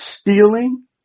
Stealing